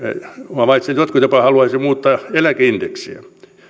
havaitsin että jotkut jopa haluaisivat muuttaa eläkeindeksiä